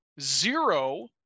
zero